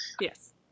Yes